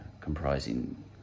comprising